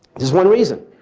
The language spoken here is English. there's one reason.